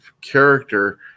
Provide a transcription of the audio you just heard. character